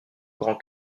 grand